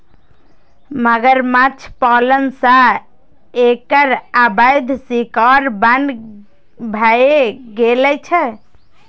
मगरमच्छ पालन सं एकर अवैध शिकार बन्न भए गेल छै